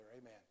amen